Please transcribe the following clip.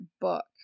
book